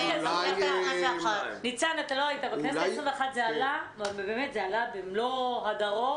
העשרים ואחת, זה עלה במלוא הדרו.